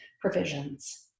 provisions